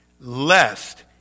lest